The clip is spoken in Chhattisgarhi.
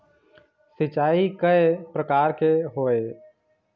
सिचाई कय प्रकार के होये?